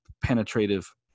penetrative